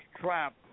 trap